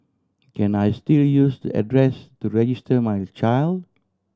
can I still use the address to register my child